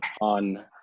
on